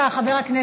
חבר'ה.